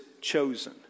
chosen